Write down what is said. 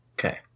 Okay